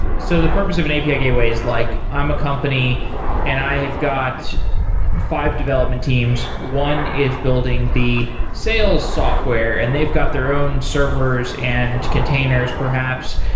so the purpose of an api gateway is like i'm a company and i have got five development teams. one is building the sales software and they've got their own servers and containers perhaps,